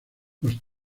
los